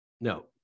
no